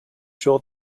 sure